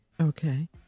Okay